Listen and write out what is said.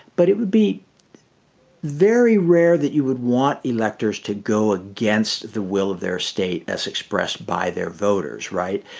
but it would be very rare that you would want electors to go against the will of their state as expressed by their voters. right?